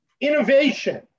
Innovation